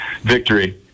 Victory